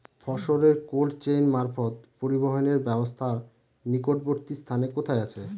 ফসলের cold chain মারফত পরিবহনের ব্যাবস্থা নিকটবর্তী স্থানে কোথায় আছে?